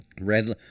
red